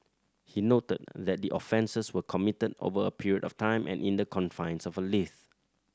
he noted that the offences were committed over a period of time and in the confines of a lift